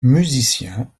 musicien